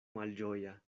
malĝoja